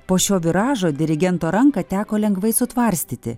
po šio viražo dirigento ranką teko lengvai sutvarstyti